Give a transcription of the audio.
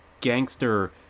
gangster